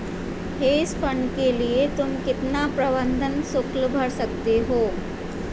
Hedge fund के लिए तुम कितना प्रबंधन शुल्क भरते हो?